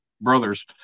brothers